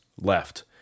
left